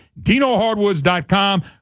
DinoHardwoods.com